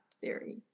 theory